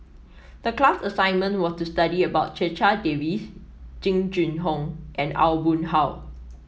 the class assignment was to study about Checha Davies Jing Jun Hong and Aw Boon Haw